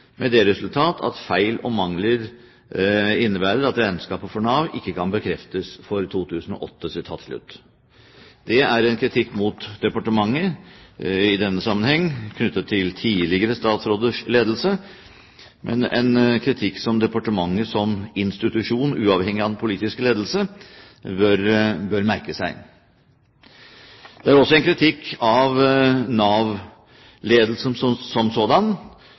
med det resultat at feil og mangler innebærer at regnskapet for Nav ikke kan bekreftes for 2008.» Det er en kritikk mot departementet, i denne sammenheng knyttet til tidligere statsråders ledelse, men en kritikk som departementet som institusjon, uavhengig av den politiske ledelse, bør merke seg. Det er også en kritikk av Nav-ledelsen som sådan,